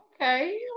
Okay